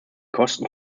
kosten